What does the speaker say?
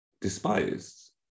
despised